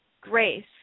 grace